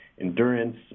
endurance